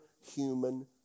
human